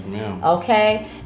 Okay